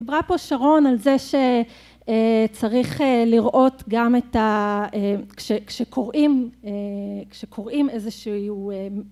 דיברה פה שרון על זה שצריך לראות גם את ה... כשקוראים איזה שהוא...